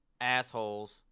assholes